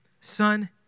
son